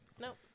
Nope